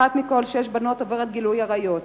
אחת מכל שש בנות עוברת גילוי עריות.